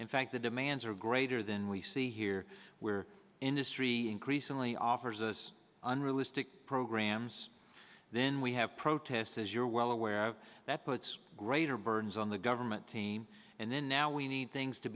in fact the demands are greater than we see here where industry increasingly offers us unrealistic programs then we have protests as you're well aware of that puts greater burdens on the government team and then now we need things to